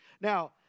Now